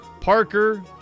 Parker